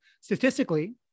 statistically